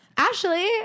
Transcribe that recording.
Ashley